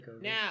now